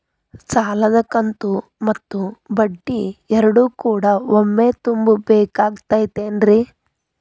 ಸಾಲದ ಕಂತು ಮತ್ತ ಬಡ್ಡಿ ಎರಡು ಕೂಡ ಒಮ್ಮೆ ತುಂಬ ಬೇಕಾಗ್ ತೈತೇನ್ರಿ?